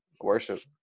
worship